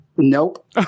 nope